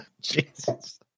Jesus